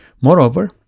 Moreover